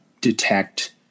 detect